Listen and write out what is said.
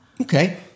Okay